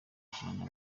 gukinana